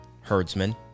herdsman